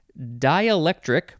dielectric